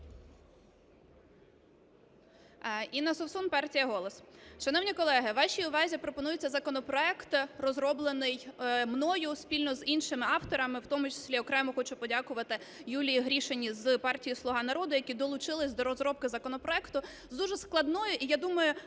Інна Совсун, партія "Голос". Шановні колеги, вашій увазі пропонується законопроект, розроблений мною спільно з іншими авторами. В тому числі окремо хочу подякувати Юлії Гришиній з партії "Слуга народу", які долучились до розробки законопроекту з дуже складною і, я думаю,